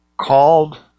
Called